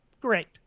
great